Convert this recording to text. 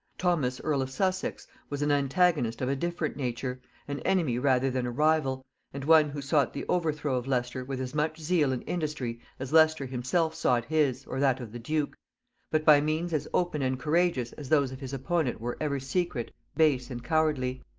thomas earl of sussex was an antagonist of a different nature an enemy rather than a rival and one who sought the overthrow of leicester with as much zeal and industry as leicester himself sought his, or that of the duke but by means as open and courageous as those of his opponent were ever secret, base, and cowardly.